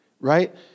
right